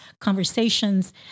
conversations